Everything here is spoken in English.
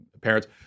parents